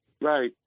Right